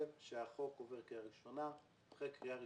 שהחוק עובר קריאה ראשונה ואחרי קריאה ראשונה,